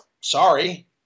Sorry